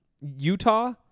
Utah